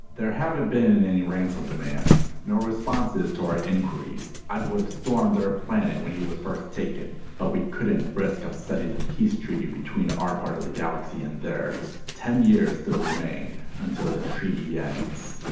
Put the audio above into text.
there haven't been any ransom demands. no responses to our inquiries. i would've stormed their planet when he was first taken, but we couldn't risk upsetting the peace treaty between our part of the galaxy and theirs. ten years still remain until the treaty ends.